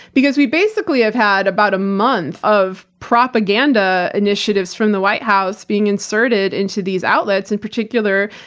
because we basically have had about a month of propaganda initiatives from the white house being inserted into these outlets, in particular,